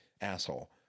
asshole